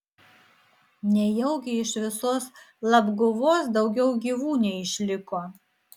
nejaugi iš visos labguvos daugiau gyvų neišliko